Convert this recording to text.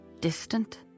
distant